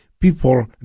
people